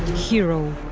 hero